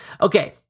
Okay